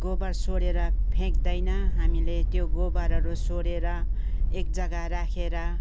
गोबर सोरेर फ्याँक्दैन हामीले त्यो गोबरहरू सोरेर एक जग्गा राखेर